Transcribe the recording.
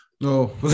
No